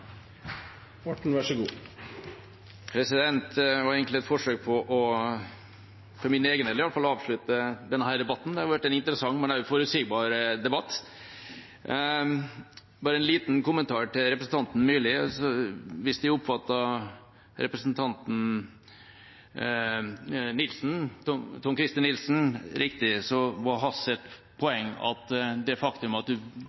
Orten har hatt ordet to ganger tidligere og får ordet til en kort merknad, begrenset til 1 minutt. Dette var egentlig et forsøk – for min egen del, i hvert fall – på å avslutte denne debatten. Det har vært en interessant, men også forutsigbar debatt. Jeg har bare en liten kommentar til representanten Myrli. Hvis jeg oppfattet representanten Tom-Christer Nilsen riktig,